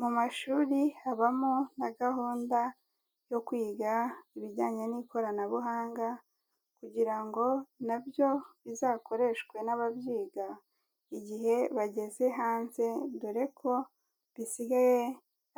Mu mashuri habamo na gahunda yo kwiga ibijyanye n'ikoranabuhanga kugira ngo nabyo bizakoreshwe n'ababyiga igihe bageze hanze, dore ko bisigaye